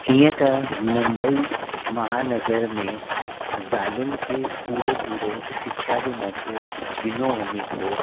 हीअं त मुंबई महानगर में ज़ालुनि खे पूरो पूरो शिक्षा जो मौक़ो ॾिनो वञे थो